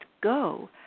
go